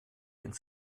ins